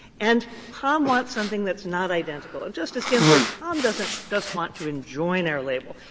and pom wants something that is not identical. and justice ginsburg, pom doesn't just want to enjoin our label.